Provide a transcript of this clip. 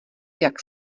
jak